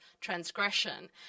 transgression